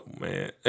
man